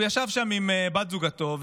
הוא ישב שם עם בת זוגו,